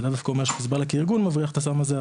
זה לאו דווקא אומר שחיזבאללה כארגון הוא זה שמבריח את הסם הזה,